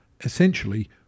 essentially